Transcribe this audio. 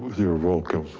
you're welcome,